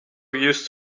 used